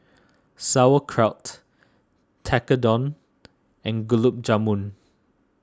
Sauerkraut Tekkadon and Gulab Jamun